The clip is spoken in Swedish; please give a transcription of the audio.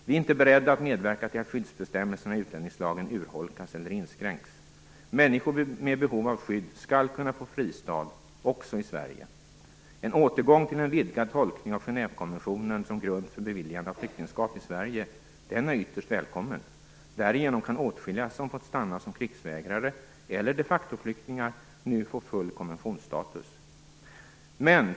Vi är inte beredda att medverka till att skyddsbestämmelserna i utlänningslagen urholkas eller inskränks. Människor med behov av skydd skall kunna få fristad, också i Sverige. En återgång till en vidgad tolkning av Genèvekonventionen som grund för beviljande av flyktingskap i Sverige är ytterst välkommen. Därigenom kan åtskilliga som fått stanna som krigsvägrare eller de facto-flyktingar nu få full konventionsstatus.